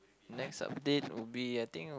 next update would be I think